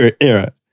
era